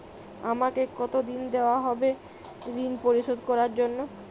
আমাকে কতদিন দেওয়া হবে ৠণ পরিশোধ করার জন্য?